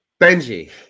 Benji